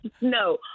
No